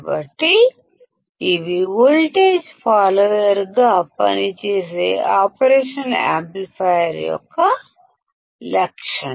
కాబట్టి ఇవి operational amplifier యొక్క లక్షణాలు ప్రత్యేకించి వోల్టేజ్ ఫాలోయర్ కి